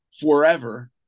forever